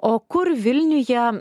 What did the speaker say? o kur vilniuje